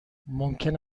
ممکن